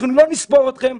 אנחנו לא נספור אתכם,